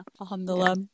alhamdulillah